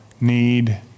Need